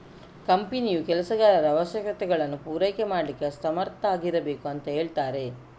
ಕಂಪನಿಯು ಕೆಲಸಗಾರರ ಅವಶ್ಯಕತೆಗಳನ್ನ ಪೂರೈಕೆ ಮಾಡ್ಲಿಕ್ಕೆ ಸಮರ್ಥ ಆಗಿರ್ಬೇಕು ಅಂತ ಹೇಳ್ತಾರೆ